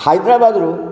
ହାଇଦ୍ରାବାଦରୁ